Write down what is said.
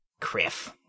Criff